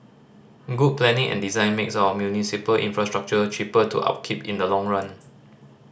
good planning and design makes our municipal infrastructure cheaper to upkeep in the long run